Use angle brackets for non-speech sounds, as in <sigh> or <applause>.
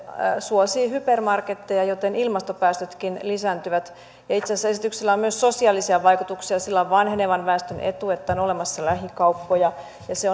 suosii hypermarketteja joten ilmastopäästötkin lisääntyvät ja itse asiassa esityksellä on myös sosiaalisia vaikutuksia sillä on vanhenevan väestön etu että on olemassa lähikauppoja ja se <unintelligible>